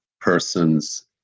persons